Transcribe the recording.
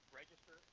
register